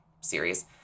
series